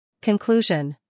Conclusion